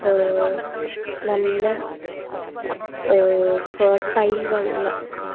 നല്ല ഫെർട്ടൈൽ വെള്ളം വെ